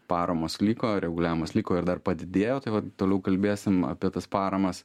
paramos liko reguliavimas liko ir dar padidėjo tai vat toliau kalbėsim apie tas paramas